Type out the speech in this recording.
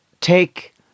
take